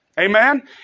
Amen